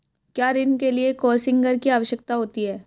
क्या ऋण के लिए कोसिग्नर की आवश्यकता होती है?